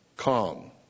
calm